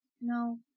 No